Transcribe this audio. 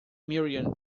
merion